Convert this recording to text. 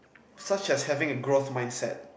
such as having a growth mind set